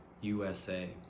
USA